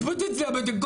מתפוצץ לי הבטן.